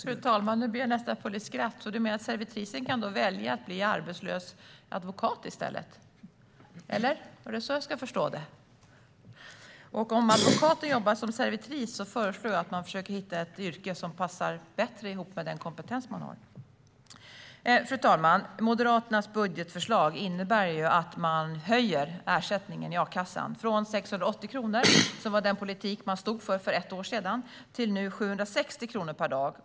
Fru talman! Nu blir jag nästan full i skratt. Fredrik Schulte menar att servitrisen kan välja att bli arbetslös advokat i stället? Var det så jag skulle förstå det? Om advokaten jobbar som servitris föreslår jag att man försöker hitta ett yrke som passar bättre ihop med den kompetens man har. Fru talman! Moderaternas budgetförslag innebär att man höjer ersättningen i a-kassan från 680 kronor, som var den politik Moderaterna stod för för ett år sedan, till nu 760 kronor per dag.